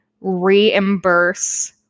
reimburse